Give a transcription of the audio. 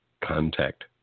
Contact